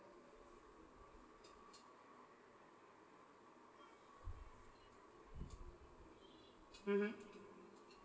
mmhmm